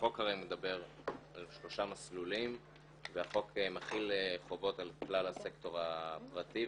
החוק הרי מדבר על שלושה מסלולים והחוק מחיל חובות על כלל הסקטור הפרטי,